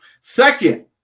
Second